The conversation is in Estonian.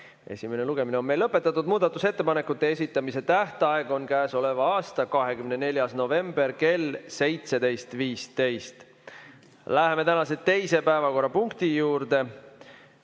Esimene lugemine on lõpetatud. Muudatusettepanekute esitamise tähtaeg on käesoleva aasta 24. november kell 17.15. Läheme tänase teise päevakorrapunkti juurde: